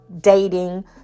dating